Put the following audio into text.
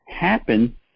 happen